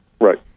right